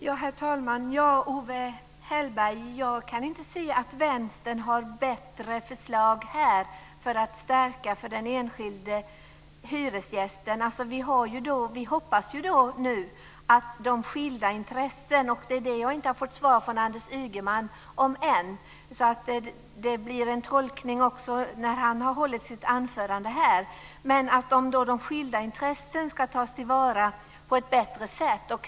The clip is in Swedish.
Herr talman! Owe Hellberg, jag kan inte se att Vänstern har bättre förslag för att stärka för den enskilde hyresgästen. Vi hoppas på detta med de skilda intressena. Det är det jag inte har fått svar på från Anders Ygeman än. Det blir också en tolkning när han har hållit sitt anförande här. Vi hoppas att detta med de skilda intressena ska tas till vara på ett bättre sätt.